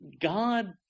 God